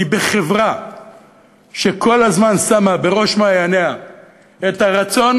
כי בחברה שכל הזמן שמה בראש מעייניה את הרצון